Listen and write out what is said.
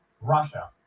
Russia